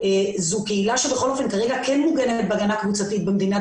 זו קהילה שכרגע כן מוגנת בהגנה קבוצתית במדינת